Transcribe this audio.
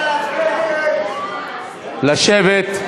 לשבת.